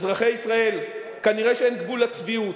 אזרחי ישראל, כנראה שאין גבול לצביעות.